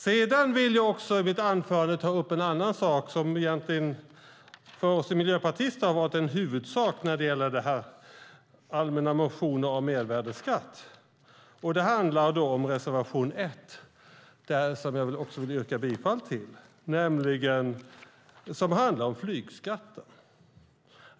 Sedan vill jag också i mitt anförande ta upp en annan sak som egentligen har varit en huvudsak för oss miljöpartister när det gäller allmänna motioner om mervärdesskatt. Det gäller reservation 1, som jag också vill yrka bifall till. Den handlar om flygskatten.